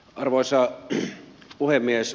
arvoisa puhemies